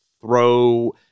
throw